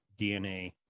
DNA